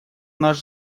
наш